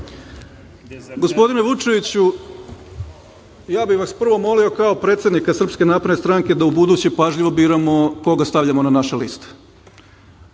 Gospodine Vučeviću, ja bih vas prvo molio kao predsednika Srpske napredne stranke da ubuduće pažljivo biramo koga stavljamo na naše liste.